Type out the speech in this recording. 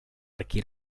archi